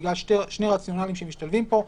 בגלל שני רציונלים שמשתלבים פה,